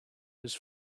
his